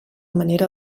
manera